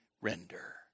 render